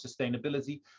sustainability